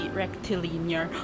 rectilinear